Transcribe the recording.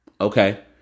Okay